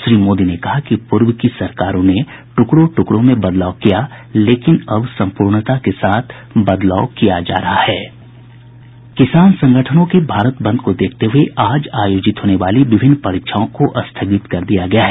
श्री मोदी ने कहा कि पूर्व की सरकारों ने ट्रकड़ों ट्रकड़ों में बदलाव किया लेकिन अब संपूर्णता के साथ बदलाव किया जा रहा है किसान संगठनों के भारत बंद को देखते हुए आज आयोजित होने वाली विभिन्न परीक्षाओं को स्थगित कर दिया गया है